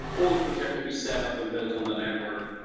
all of which have to be set up and built on the network,